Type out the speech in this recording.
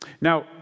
Now